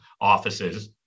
offices